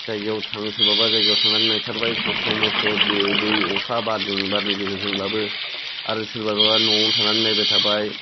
जायगायाव थाङो सोरबाबा जायगायाव थांनानै नायथारबाय खस्थ' मस्थ' दो दै अखा बारजों बारनि गेजेरजोंब्लाबो आरो सोरबाबा न'आवनो थानानै नायबाय थाबाय